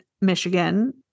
Michigan